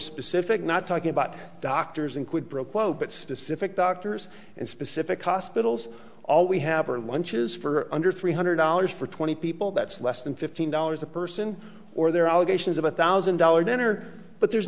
specific not talking about doctors in quid pro quo but specific doctors and specific hospitals all we have are lunches for under three hundred dollars for twenty people that's less than fifteen dollars a person or there are allegations of a thousand dollar dinner but there's